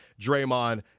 Draymond